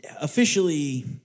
officially